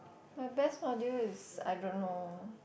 my best module is I don't know